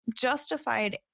justified